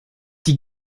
die